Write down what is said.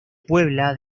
puebla